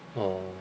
orh